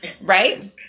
Right